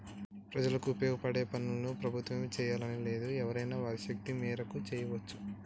ప్రజలకు ఉపయోగపడే పనులన్నీ ప్రభుత్వమే చేయాలని లేదు ఎవరైనా వారి శక్తి మేరకు చేయవచ్చు